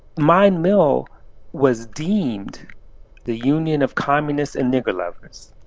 mine mill was deemed the union of communists and nigger lovers.